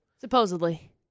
Supposedly